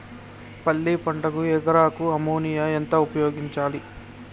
పల్లి పంటకు ఎకరాకు అమోనియా ఎంత ఉపయోగించాలి?